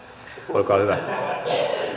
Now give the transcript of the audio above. olkaa hyvä